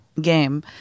game